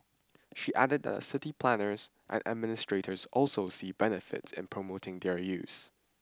she added that city planners and administrators also see benefits in promoting their use